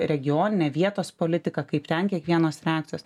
regioninę vietos politiką kaip ten kiekvienos reakcijos